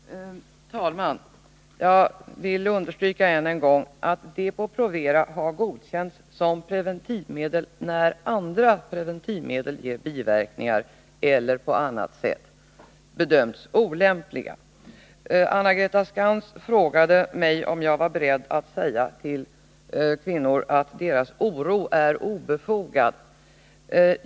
Herr talman! Jag vill än en gång understryka att Depo-Provera har godkänts att användas som preventivmedel när andra preventivmedel ger biverkningar eller på annat sätt bedöms olämpliga. Anna-Greta Skantz frågade mig om jag var beredd att säga till kvinnor att deras oro är obefogad.